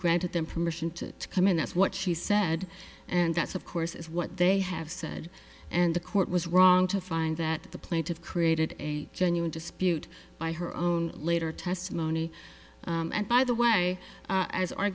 granted them permission to come in that's what she said and that's of course is what they have said and the court was wrong to find that the plaintiff created a genuine dispute by her own later testimony and by the way